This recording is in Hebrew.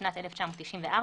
משנת 1994,